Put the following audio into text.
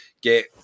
get